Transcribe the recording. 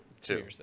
Two